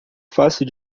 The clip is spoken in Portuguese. fácil